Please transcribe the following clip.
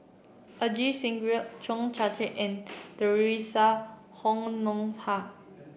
Ajit Singh Gill Cheo Chai Chi and Theresa Honoha